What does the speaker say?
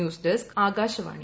news desk Akashvani